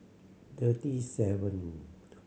thirty seventh